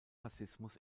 rassismus